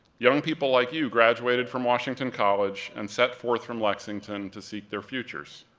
young people like you graduated from washington college and set forth from lexington to seek their futures.